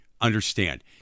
understand